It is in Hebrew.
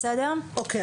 אוקיי,